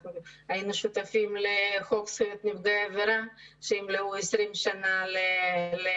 אנחנו היינו שותפים לחוק זכויות נפגעי עבירה שמלאו 20 שנים לחקיקת